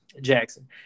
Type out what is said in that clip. jackson